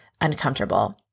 uncomfortable